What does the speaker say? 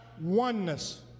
oneness